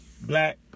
Black